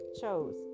chose